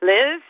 Liz